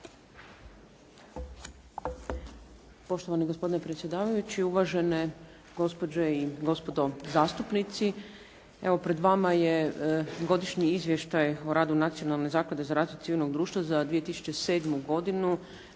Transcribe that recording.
Poštovani gospodine predsjedavajući, uvažene gospođe i gospodo zastupnici. Evo, pred vama je Godišnji izvještaj o radu Nacionalne zaklade za razvoj civilnog društva za 2007. godinu,